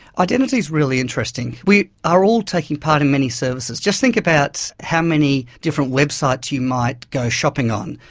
identity is really interesting. we are all taking part in many services. just think about how many different websites you might go shopping on,